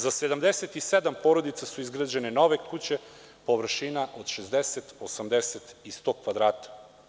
Za 77 porodica su izgrađene nove kuće površina od 60, 80 i 100 kvadrata.